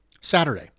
Saturday